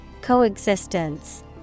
Coexistence